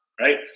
Right